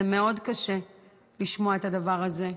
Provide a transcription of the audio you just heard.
זה קשה מאוד לשמוע את הדבר הזה,